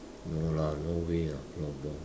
no lah no way lah floorball